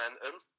momentum